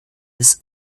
des